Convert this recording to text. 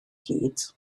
hyd